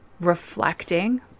reflecting